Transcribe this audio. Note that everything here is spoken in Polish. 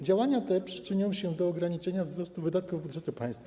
Działania te przyczynią się do ograniczenia wzrostu wydatków budżetu państwa.